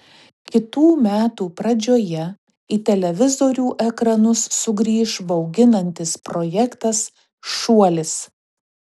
kitų metų pradžioje į televizorių ekranus sugrįš bauginantis projektas šuolis